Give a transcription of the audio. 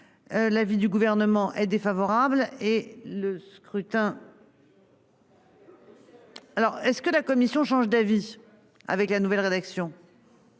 L'avis du gouvernement est défavorable et le scrutin. Cela. Alors est-ce que la commission change d'avis avec la nouvelle rédaction.